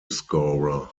scorer